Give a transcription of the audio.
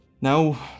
Now